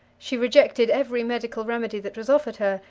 she rejected every medical remedy that was offered her,